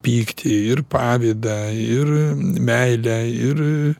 pyktį ir pavydą ir meilę ir